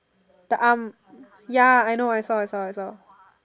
the arm ya I know I saw I saw I saw